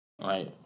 right